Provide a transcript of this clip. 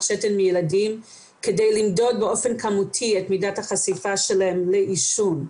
שתן מילדים כדי למדוד באופן כמותי את מידת החשיפה שלהם לעישון.